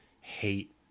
hate